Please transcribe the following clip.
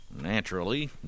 Naturally